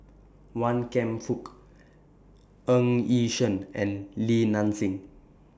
Wan Kam Fook Ng Yi Sheng and Li Nanxing